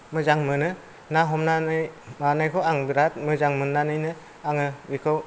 मोजां मोनो ना हमनानै माबानायखौ आं बिराद मोजां मोननानैनो आङो बेखौ